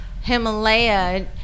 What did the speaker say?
Himalaya